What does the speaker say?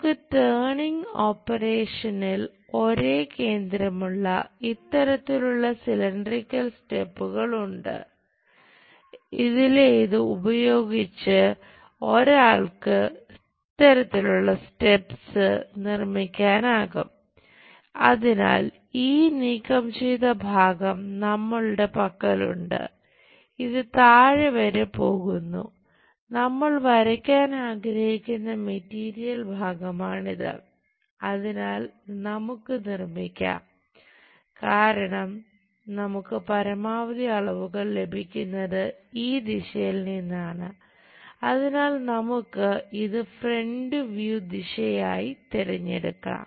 നമുക്ക് ടേണിങ് ഓപ്പറേഷനിൽ ദിശയായി തിരഞ്ഞെടുക്കാം